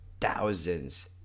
thousands